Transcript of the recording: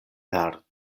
per